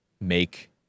make